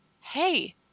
hey